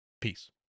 peace